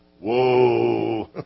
Whoa